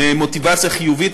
ממוטיבציה חיובית.